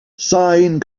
sine